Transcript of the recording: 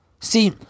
See